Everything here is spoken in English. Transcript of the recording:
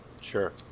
sure